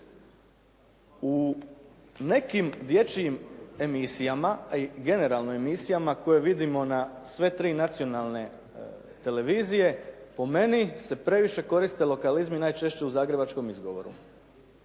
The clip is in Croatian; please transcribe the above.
U nekim dječjim emisijama, a i generalno emisijama koje vidimo na sve tri nacionalne televizije po meni se previše koriste lokalizmi, najčešće u zagrebačkom izgovoru,